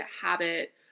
habit